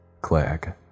Click